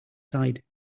side